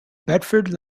bedford